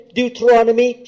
Deuteronomy